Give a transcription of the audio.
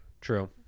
true